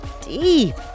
deep